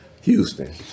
Houston